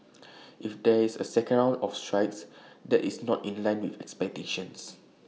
if there is A second round of strikes that is not in line with expectations